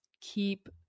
Keep